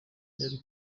byari